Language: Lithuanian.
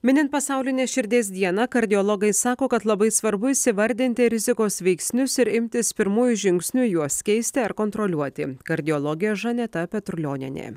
minint pasaulinę širdies dieną kardiologai sako kad labai svarbu įvardinti rizikos veiksnius ir imtis pirmųjų žingsnių juos keisti ar kontroliuoti kardiologė žaneta petrulionienė